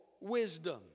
wisdom